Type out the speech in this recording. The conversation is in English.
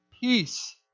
peace